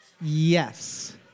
Yes